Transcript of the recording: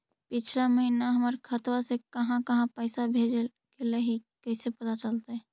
पिछला महिना हमर खाता से काहां काहां पैसा भेजल गेले हे इ कैसे पता चलतै?